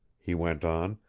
he went on,